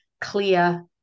clear